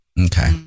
Okay